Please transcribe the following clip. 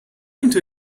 into